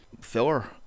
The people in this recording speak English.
Filler